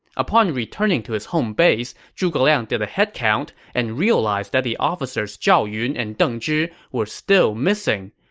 upon returning to his home base, zhuge liang did a headcount and realized that the officers zhao yun and deng zhi were still missing.